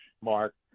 Mark